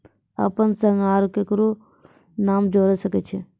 अपन संग आर ककरो नाम जोयर सकैत छी?